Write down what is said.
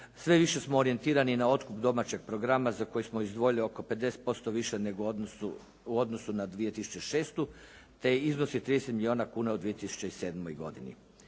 Sve više smo orijentirani na otkup domaćeg programa za koji smo izdvojili oko 50% više nego u odnosu na 2006. te iznosi od 30 milijuna kuna u 2007. godini.